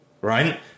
right